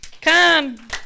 come